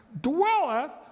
dwelleth